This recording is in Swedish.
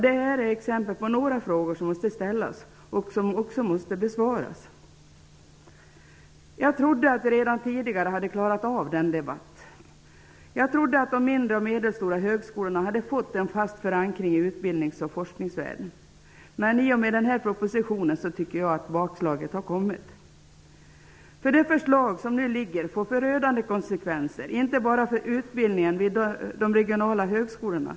Det är exempel på frågor som måste ställas och som också måste besvaras. Jag trodde att vi redan tidigare hade klarat av den debatten. Jag trodde att de mindre och medelstora högskolorna hade fått en fast förankring i utbildnings och forskningsvärlden. Men i och med den här propositionen har bakslaget kommit, tycker jag. Det förslag som nu ligger får förödande konsekvenser, inte bara för utbildningen vid de regionala högskolorna.